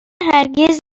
هرگز